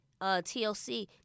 TLC